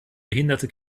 behinderte